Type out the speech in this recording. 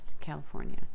California